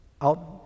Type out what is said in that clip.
out